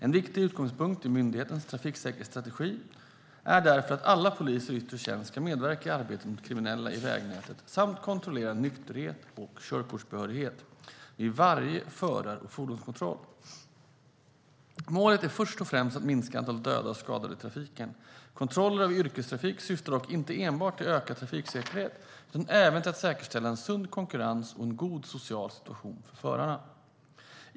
En viktig utgångspunkt i myndighetens trafiksäkerhetsstrategi är därför att alla poliser i yttre tjänst ska medverka i arbetet mot kriminella i vägnätet samt kontrollera nykterhet och körkortsbehörighet vid varje förar och fordonskontroll. Målet är först och främst att minska antalet döda och skadade i trafiken. Kontroller av yrkestrafik syftar dock inte enbart till ökad trafiksäkerhet utan även till att säkerställa en sund konkurrens och en god social situation för förarna.